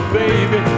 baby